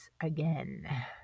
again